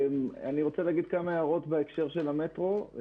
אני רוצה להעיר כמה הערות בהקשר של המטרו.